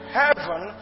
heaven